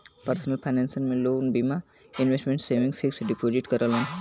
personal finance में लोग बीमा, इन्वेसमटमेंट, सेविंग, फिक्स डिपोजिट करलन